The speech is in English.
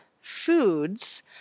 foods